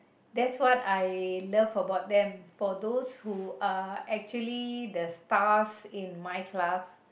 that's what I love about them for those who are actually the stars in my class